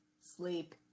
sleep